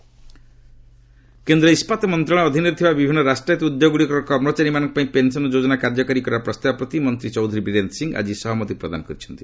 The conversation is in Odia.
ଷ୍ଟିଲ୍ କେନ୍ଦ୍ର ଇସ୍କାତ୍ ମନ୍ତ୍ରଣାଳୟ ଅଧୀନରେ ଥିବା ବିଭିନ୍ନ ରାଷ୍ଟ୍ରାୟତ ଉଦ୍ୟୋଗଗୁଡ଼ିକର କର୍ମଚାରୀମାନଙ୍କ ପାଇଁ ପେନ୍ସନ୍ ଯୋଜନା କାର୍ଯ୍ୟକାରୀ କରିବା ପ୍ରସ୍ତାବ ପ୍ରତି ମନ୍ତ୍ରୀ ଚୌଧୁରୀ ବୀରେନ୍ଦ୍ର ସିଂ ଆଜି ସହମତି ପ୍ରଦାନ କରିଛନ୍ତି